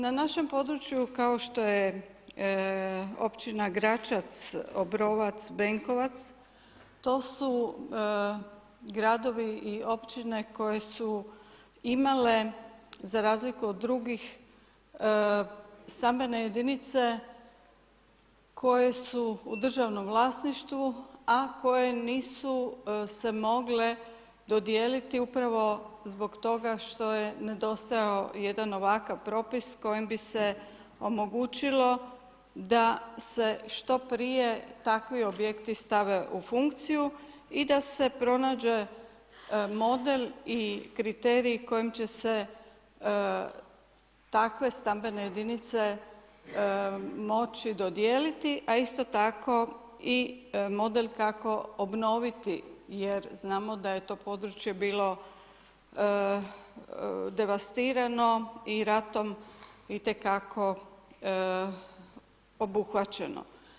Na našem području kao što je općina Gračac, Obrovac, Benkovac, to su gradovi i općine koje su imale za razliku od drugih stambene jedinice koje su u državnom vlasništvu a koje nisu se mogle dodijeliti upravo zbog toga što je nedostajao jedan ovakav propis kojim bi se omogućilo da se što prije takvi objekti stave u funkciju i da se pronađe model i kriterij kojim će se takve stambene jedinice moći dodijeliti a isto tako i model kako obnoviti jer znamo da je to područje bilo devastirano i ratom itekako obuhvaćeno.